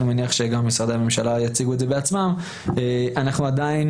ואני מניח שגם משרדי הממשלה יציגו את זה בעצמם אנחנו עדיין